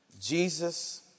Jesus